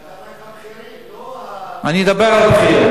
זה רק הבכירים, אני מדבר על הבכירים.